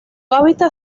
hábitat